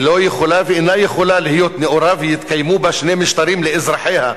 היא לא יכולה ואינה יכולה להיות נאורה ויתקיימו בה שני משטרים לאזרחיה,